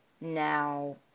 Now